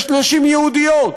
יש נשים יהודיות,